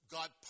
God